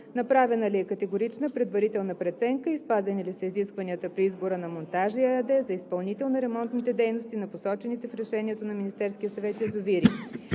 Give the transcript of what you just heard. Направена ли е категорична предварителна преценка и спазени ли са изискванията при избора на „Монтажи“ ЕАД за изпълнител на ремонтните дейности на посочените в решението на Министерския съвет язовири?